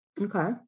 Okay